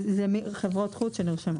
אז זה חברות חוץ שנרשמו